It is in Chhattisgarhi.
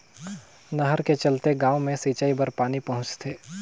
नहर के चलते गाँव गाँव मे सिंचई बर पानी पहुंचथे